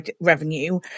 revenue